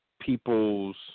people's